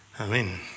Amen